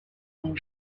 ont